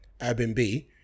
Airbnb